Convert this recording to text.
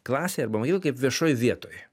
klasėje arba mokykloj kaip viešoj vietoj